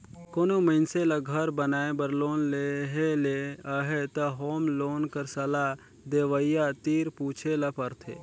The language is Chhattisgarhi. कोनो मइनसे ल घर बनाए बर लोन लेहे ले अहे त होम लोन कर सलाह देवइया तीर पूछे ल परथे